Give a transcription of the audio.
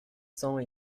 sang